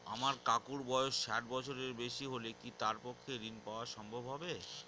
আমার কাকুর বয়স ষাট বছরের বেশি হলে কি তার পক্ষে ঋণ পাওয়া সম্ভব হবে?